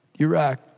Iraq